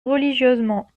religieusement